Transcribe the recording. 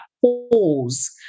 pause